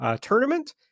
tournament